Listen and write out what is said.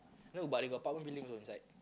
no but they got building also inside